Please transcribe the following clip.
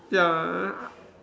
ya